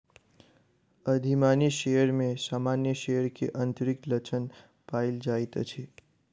अधिमानी शेयर में सामान्य शेयर के अतिरिक्त लक्षण पायल जाइत अछि